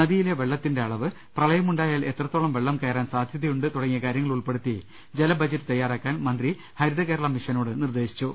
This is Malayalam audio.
നദിയിലെ വെള്ളത്തിന്റെ അളവ് പ്രളയമുണ്ടായാൽ എത്ര ത്തോളം വെള്ളം കയറാൻ സാധ്യതയുണ്ട് തുടങ്ങിയ കാര്യങ്ങൾ ഉൾപ്പെ ടുത്തി ജല ബജറ്റ് തയ്യാറാക്കാൻ മന്ത്രി ഹരിതകേരളമിഷനോട് നിർദ്ദേ ശിച്ചു